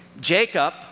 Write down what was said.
Jacob